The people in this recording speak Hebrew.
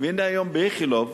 והנה, ב"איכילוב"